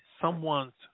someone's